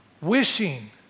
wishing